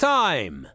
time